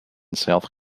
south